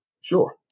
Sure